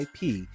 ip